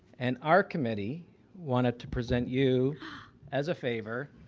and our committee wanted to present you as a favor.